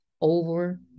over